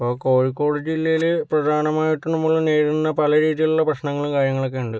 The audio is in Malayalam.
ഇപ്പോൾ കോഴിക്കോട് ജില്ലയിൽ പ്രധാനമായിട്ടും നമ്മൾ നേരിടുന്ന പല രീതീയിലുള്ള പ്രശ്നങ്ങൾ കാര്യങ്ങളുമൊക്കെ ഉണ്ട്